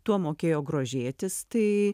tuo mokėjo grožėtis tai